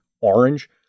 orange